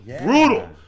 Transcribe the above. Brutal